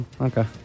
Okay